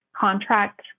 contract